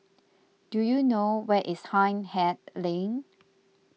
do you know where is Hindhede Lane